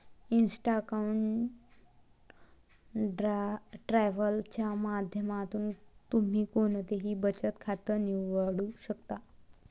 Insta account travel च्या माध्यमातून तुम्ही कोणतंही बचत खातं निवडू शकता